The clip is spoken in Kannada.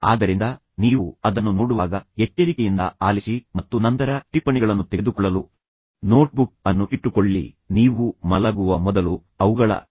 ಆದ್ದರಿಂದ ನೀವು ಅದನ್ನು ನೋಡುವಾಗ ಎಚ್ಚರಿಕೆಯಿಂದ ಆಲಿಸಿ ಮತ್ತು ನಂತರ ಟಿಪ್ಪಣಿಗಳನ್ನು ತೆಗೆದುಕೊಳ್ಳಲು ನೋಟ್ಬುಕ್ ಅನ್ನು ಇಟ್ಟುಕೊಳ್ಳಿ ನೀವು ಮಲಗುವ ಮೊದಲು ಅವುಗಳ ಬಗ್ಗೆ ಯೋಚಿಸಿ